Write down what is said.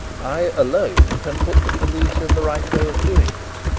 i alone can put the police in the right way of doing it.